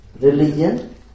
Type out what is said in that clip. religion